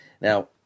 Now